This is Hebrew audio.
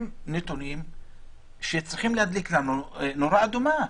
נתונים שצריכים להדליק לנו נורה אדומה.